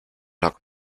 lag